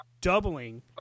doubling